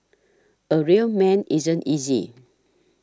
a real man isn't easy